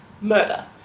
murder